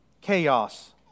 chaos